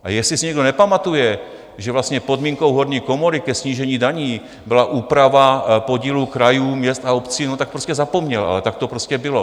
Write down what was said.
A jestli si někdo nepamatuje, že vlastně podmínkou horní komory ke snížení daní byla úprava podílu krajů, měst a obcí, no tak prostě zapomněl, ale tak to prostě bylo.